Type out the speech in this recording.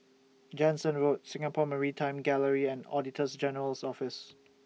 Jansen Road Singapore Maritime Gallery and Auditors General's Office